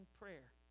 prayer